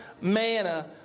manna